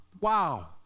wow